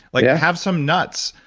like yeah have some nuts.